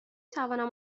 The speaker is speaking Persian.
توانم